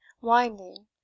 winding